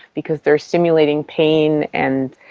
because they are simulating pain and,